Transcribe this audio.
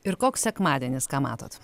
ir koks sekmadienis ką matot